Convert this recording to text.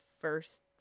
first